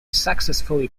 successfully